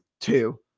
two